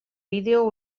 vídeo